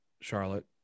Charlotte